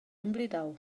emblidau